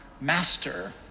master